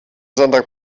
sonntag